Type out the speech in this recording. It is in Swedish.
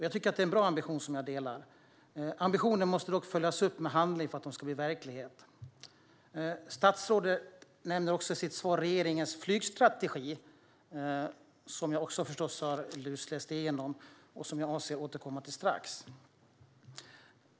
Jag tycker att det är en bra ambition, och jag delar den. Ambitioner måste dock följas upp med handling för att de ska bli verklighet. Statsrådet nämner också regeringens flygstrategi i sitt svar. Den har jag förstås lusläst, och jag avser att återkomma till den strax.